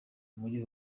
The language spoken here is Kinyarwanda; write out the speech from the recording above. muri